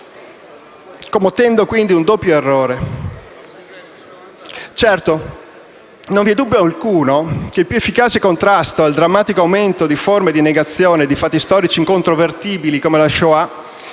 commettendo quindi un doppio errore. Non vi è dubbio alcuno che il più efficace contrasto al drammatico aumento di forme di negazione di fatti storici incontrovertibili come la Shoah